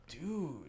dude